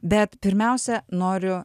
bet pirmiausia noriu